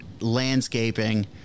landscaping